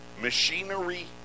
Machinery